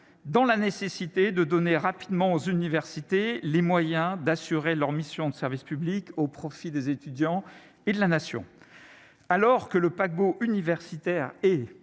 dans la nécessité de donner rapidement aux universités les moyens d'assurer leur mission de service public au profit des étudiants et de la nation, alors que le paquebot universitaire et